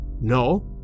No